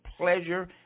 pleasure